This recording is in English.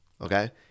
Okay